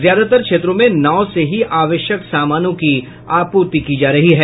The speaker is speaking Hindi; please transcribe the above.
ज्यादातर क्षेत्रों में नाव से ही आवश्यक सामानों की आप्रर्ति की जा रही है